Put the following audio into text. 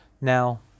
Now